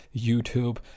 YouTube